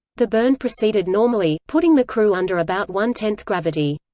the burn proceeded normally, putting the crew under about one-tenth gravity.